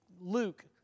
Luke